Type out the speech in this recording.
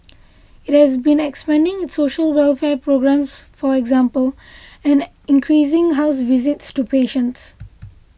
it has been expanding its social welfare programmes for example and increasing house visits to patients